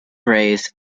rays